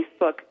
Facebook